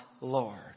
Lord